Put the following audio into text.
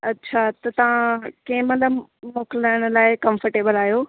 अच्छा त तव्हां कंहिं महिल म मोकिलण लाइ कंफ़र्टेबल आहियो